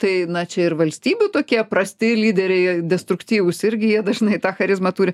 tai na čia ir valstybių tokie prasti lyderiai destruktyvūs irgi jie dažnai tą charizmą turi